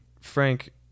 Frank